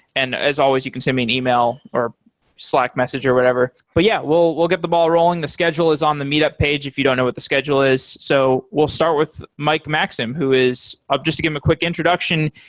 and as always you can send me an e-mail, or slack message or whatever but yeah, we'll we'll get the ball rolling. the schedule is on the meetup page if you don't know what the schedule is. so we'll start with mike maxim who is ah just to give him a quick introduction.